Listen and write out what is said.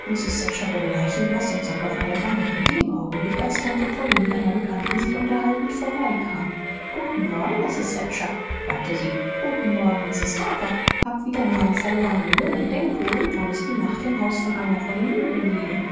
wurde leichenblaß und sank auf eine bank in dem augenblick als tante polly mit einer bekannten sich unterhaltend vorbeikam guten morgen mrs thatcher sagte sie guten morgen mrs harper hab wieder mal nen verlorenen jungen denk wohl tom ist die nacht im haus von einer von ihnen geblieben